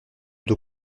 dos